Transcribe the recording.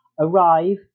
Arrive